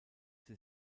sie